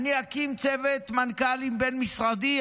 אני אקים צוות מנכ"לים בין-משרדי.